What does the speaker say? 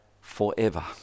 forever